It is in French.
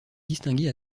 distingué